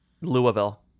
Louisville